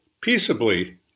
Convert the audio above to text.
peaceably